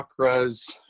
chakras